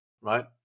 right